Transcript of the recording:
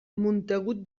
montagut